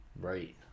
Right